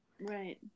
Right